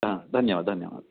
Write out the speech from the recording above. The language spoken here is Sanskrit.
धन्यवादः धन्यवादः